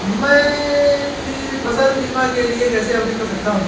मैं फसल बीमा के लिए कैसे आवेदन कर सकता हूँ?